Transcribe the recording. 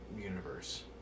universe